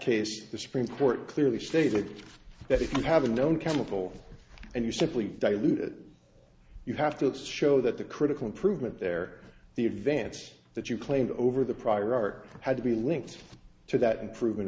case the supreme court clearly stated that if you have a known chemical and you simply dilute it you have to show that the critical improvement there the advance that you claimed over the prior art had to be linked to that and proven